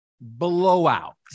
blowout